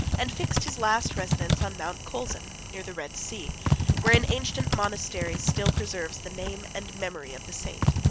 and fixed his last residence on mount colzim, near the red sea where an ancient monastery still preserves the name and memory of the saint.